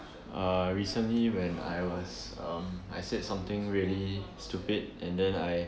uh recently when I was um I said something really stupid and then I